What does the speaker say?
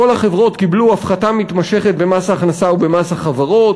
כל החברות קיבלו הפחתה מתמשכת במס ההכנסה ובמס החברות,